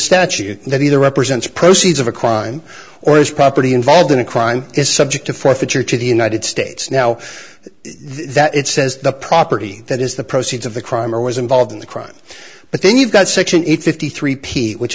statute that either represents proceeds of a crime or is property involved in a crime is subject to forfeiture to the united states now that it says the property that is the proceeds of the crime or was involved in the crime but then you've got section eight fifty three p which